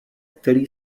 který